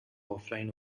offline